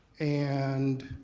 and